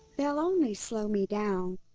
they'll only slow me down!